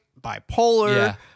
bipolar